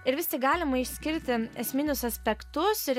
ir vis tik galima išskirti esminius aspektus ir